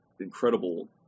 incredible